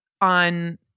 on